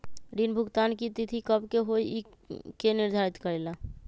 ऋण भुगतान की तिथि कव के होई इ के निर्धारित करेला?